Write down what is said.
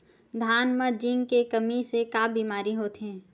धान म जिंक के कमी से का बीमारी होथे?